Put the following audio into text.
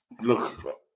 Look